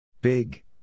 Big